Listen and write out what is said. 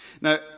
Now